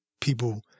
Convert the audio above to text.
people